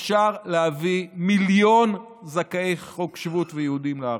אפשר להביא מיליון זכאי חוק שבות ויהודים לארץ.